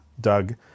Doug